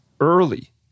early